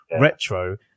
retro